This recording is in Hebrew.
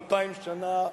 אלפיים שנה,